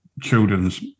children's